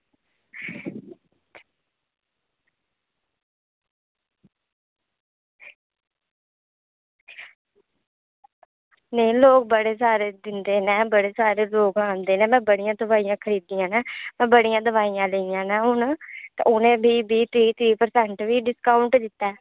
नेईं लोग बड़े जादा दिंदे न बड़े सारे लोग आंदे ते बड़ी सारी दोआइयां खरीदियां ते बड़ियां दोआइयां लेइयां न हून उनें बी बीह् बीह् त्रीह् त्रीह् परसेंट बी दित्ता ऐ